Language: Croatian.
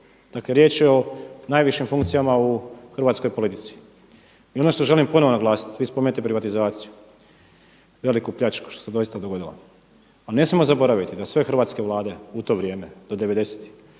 dakle riječ je o najvišim funkcijama u hrvatskoj politici. I ono što želim ponovo naglasiti, vi spominjete privatizaciju, veliku pljačku što se doista dogodilo. Pa ne smijemo zaboraviti da sve hrvatske vlade u to vrijeme do 90-tih,